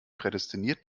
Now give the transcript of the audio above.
prädestiniert